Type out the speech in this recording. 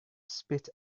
spit